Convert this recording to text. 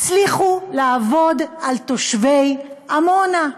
הצליחו לעבוד על תושבי עמונה.